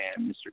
Mr